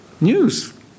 News